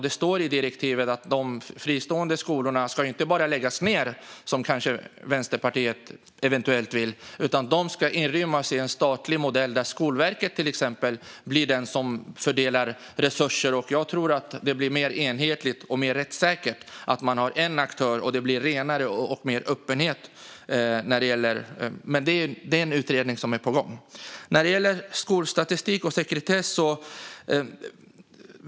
Det står i direktivet att de fristående skolorna inte ska läggas ned, som Vänsterpartiet eventuellt vill, utan ska inrymmas i en statlig modell där exempelvis Skolverket fördelar resurser. Jag tror att det blir mer enhetligt och rättssäkert att ha en aktör. Det blir rent och mer öppenhet. Men en utredning är på gång. Sedan var det frågan om skolstatistik och sekretess.